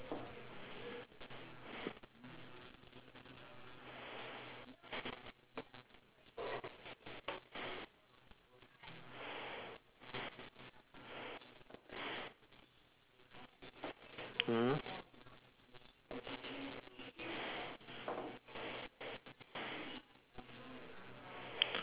mmhmm